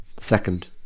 Second